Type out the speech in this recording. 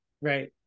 right